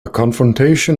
confrontation